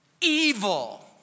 Evil